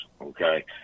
okay